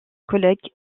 collègue